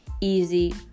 Easy